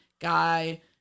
guy